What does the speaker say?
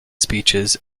speeches